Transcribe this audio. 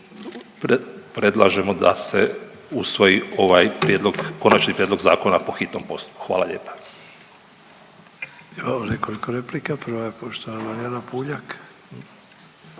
predlažemo da se usvoji ovaj prijedlog, konačni prijedlog zakona po hitnom postupku. Hvala lijepa.